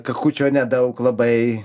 kakučio nedaug labai